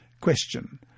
Question